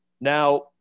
Now